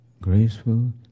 graceful